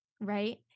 right